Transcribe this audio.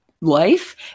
life